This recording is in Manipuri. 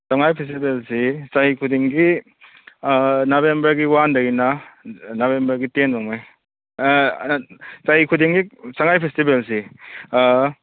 ꯁꯉꯥꯏ ꯐꯦꯁꯇꯤꯚꯦꯜꯁꯦ ꯆꯍꯤ ꯈꯨꯗꯤꯡꯒꯤ ꯅꯕꯦꯝꯕꯔꯒꯤ ꯋꯥꯟꯗꯒꯤꯅ ꯅꯕꯦꯝꯕꯔꯒꯤ ꯇꯦꯟꯕꯣꯛꯅꯦ ꯆꯍꯤ ꯈꯨꯗꯤꯡꯒꯤ ꯁꯉꯥꯏ ꯐꯦꯁꯇꯤꯚꯦꯜꯁꯤ